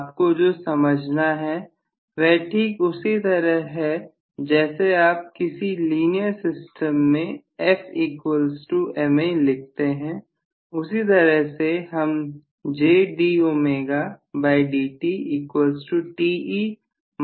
आपको जो समझना है वह ठीक उसी तरह है जैसे आप किसी लीनियर सिस्टम में Fma लिखते हैं उसी तरह से हम लिख सकते हैं